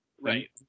Right